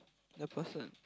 the person